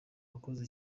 wakoze